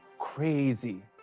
crazy,